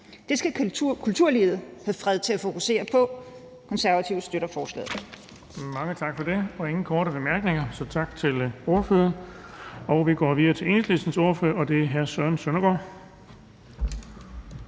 Det skal kulturlivet have fred til at fokusere på. Konservative støtter forslaget.